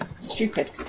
stupid